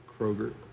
Kroger